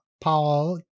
Paul